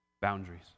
boundaries